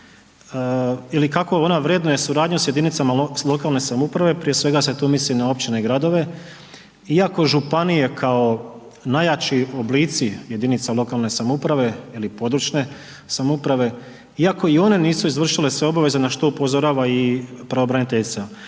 ili kako ona vrednuje suradnju s jedinicama lokalne samouprave prije svega se tu misli na općine i gradove iako županije kao najjači oblici jedinica lokalne samouprave ili područne samouprave, iako i one nisu izvršile sve obaveze na što upozorava i pravobraniteljica,